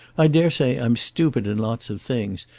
i daresay i'm stupid in lots of things.